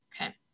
Okay